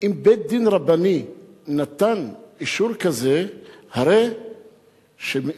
ואם בית-דין רבני נתן אישור כזה הרי שפקיד